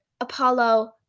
Apollo